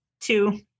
two